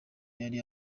yari